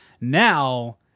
now